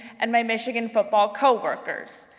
and my michigan football coworkers.